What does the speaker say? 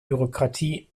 bürokratie